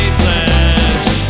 flesh